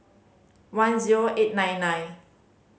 one zero eight nine nine